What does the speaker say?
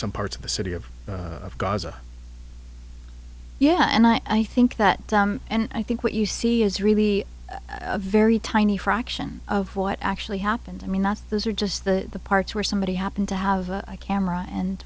some parts of the city of gaza yeah and i think that and i think what you see is really a very tiny fraction of what actually happened i mean that's those are just the parts where somebody happened to have a camera and